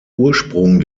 ursprung